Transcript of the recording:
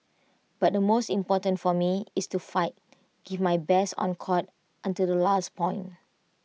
but the most important for me it's to fight give my best on court until the last point